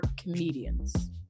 comedians